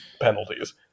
penalties